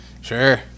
Sure